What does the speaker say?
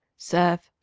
serve.